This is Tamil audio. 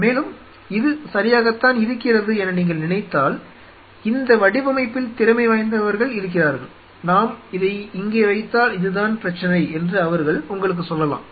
மேலும் இது சரியாகத்தான் இருக்கிறது என நீங்கள் நினைத்தால் இந்த வடிவமைப்பில் திறமைவாய்ந்தவர்கள் இருக்கிறார்கள் நாம் இதை இங்கே வைத்தால் இதுதான் பிரச்சினை என்று அவர்கள் உங்களுக்குச் சொல்லலாம்